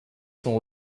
sont